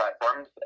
platforms